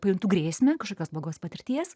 pajuntu grėsmę kažkokios blogos patirties